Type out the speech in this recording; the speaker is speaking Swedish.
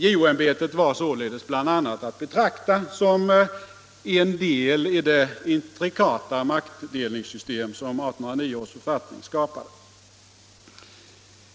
JO-ämbetet var således bl.a. att betrakta som ett led i det intrikata maktdelningssystem som 1809 års författning skapade.